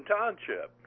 Township